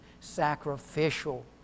sacrificial